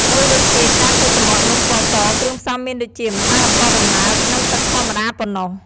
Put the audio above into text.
មួយវិញទៀត ការធ្វើសំបកនំពណ៌ស គ្រឿងផ្សំមានដូចជា ម្សៅអង្ករដំណើប និងទឹកធម្មតា ប៉ុណ្ណោះ។